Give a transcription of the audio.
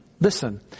listen